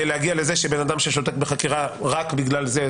להגיע לזה שבן אדם ששותק בחקירה רק בגלל זה,